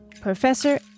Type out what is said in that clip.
Professor